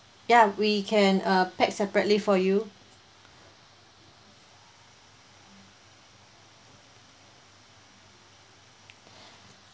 ya we can uh pack separately for you